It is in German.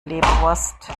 leberwurst